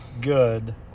good